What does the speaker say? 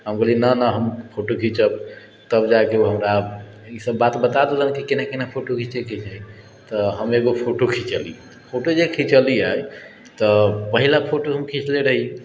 हम कहलियै नहि नहि हम फोटो खिञ्चब तब जाके उ हमरा ई सब बात बता देलनि कि केना केना फोटो खिञ्चैके चाही तऽ हम एगो फोटो खिञ्चली फोटो जे खिञ्चलियै तऽ पहिला फोटो हम खिञ्चले रही